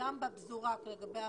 וגם ב --- לגבי ההחלטה.